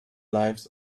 lives